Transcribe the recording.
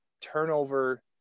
turnover